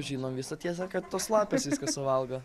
žinom visą tiesą kad tos lapės viską suvalgo